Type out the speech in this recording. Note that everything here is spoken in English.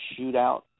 shootout